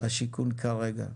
השיכון כרגע?